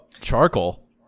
charcoal